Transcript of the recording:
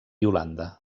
holanda